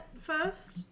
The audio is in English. first